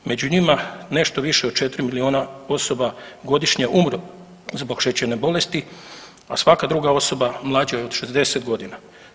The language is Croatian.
Među njima nešto više od 4 milijuna osoba godišnje umru zbog šećerne bolesti, a svaka druga osoba mlađa je od 60.g.